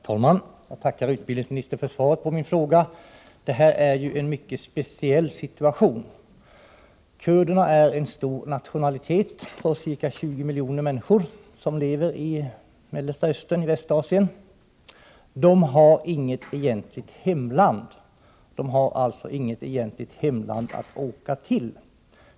Herr talman! Jag tackar utbildningsministern för svaret på min fråga. Det här är ju en mycket speciell situation. Kurderna är en stor nationalitet på ca 20 miljoner människor som lever i Mellersta Östern, i Västasien. De har inget egentligt hemland. De har alltså inget egentligt hemland att åka till.